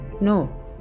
No